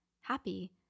happy